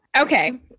Okay